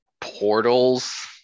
portals